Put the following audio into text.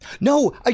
No